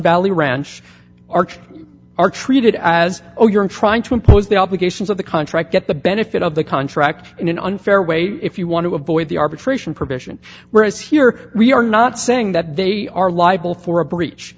valley ranch arch are treated as oh you're in trying to impose the obligations of the contract get the benefit of the contract in an unfair way if you want to avoid the arbitration provision whereas here we are not saying that they are liable for a breach